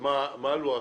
מה הלוח זמנים.